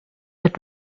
with